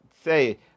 say